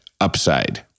upside